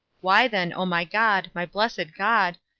why then, o my god, my blessed god,